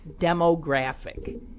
demographic